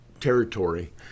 Territory